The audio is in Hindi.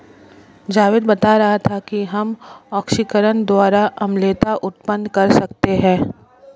जावेद बता रहा था कि हम ऑक्सीकरण द्वारा अम्लता उत्पन्न कर सकते हैं